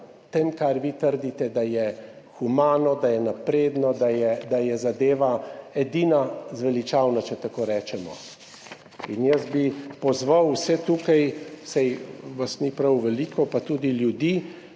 tem kar vi trdite, da je humano, da je napredno, da je zadeva edina zveličavna, če tako rečemo. In jaz bi pozval vse tukaj, saj vas ni prav veliko, pa tudi ljudi,